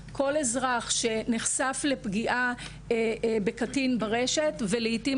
כל אזרח שנחשף לפגיעה בקטין ברשת ולעיתים